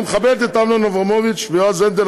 אני מכבד את אמנון אברמוביץ ויועז הנדל,